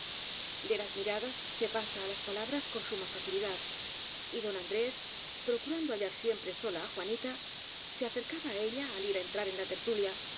de las miradas se pasa á las palabras con suma facilidad y don andrés procurando hallar siem pre sola á juanita se acercaba á ella al ir á entrar en la tertulia